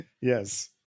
yes